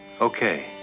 Okay